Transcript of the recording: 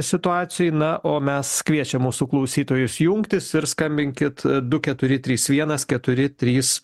situacijoj na o mes kviečiam mūsų klausytojus jungtis ir skambinkit du keturi trys vienas keturi trys